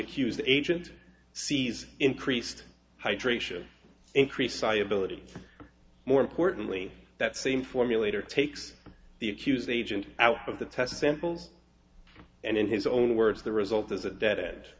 accused agents sees increased hydration increased by ability more importantly that same formulator takes the accused agent out of the test samples and in his own words the result is a dead end